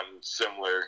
similar